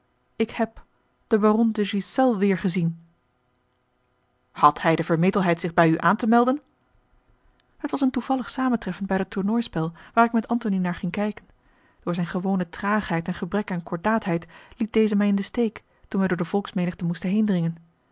ik heb den baron de ghiselles weêrgezien had hij de vermetelheid zich bij u aan te melden het was een toevallig samentreffen bij dat tournooispel waar ik met antony naar ging kijken door zijne gewone traagheid en gebrek aan cordaatheid liet deze mij in den steek toen wij door de volksmenigte moesten heendringen